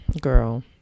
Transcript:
Girl